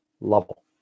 level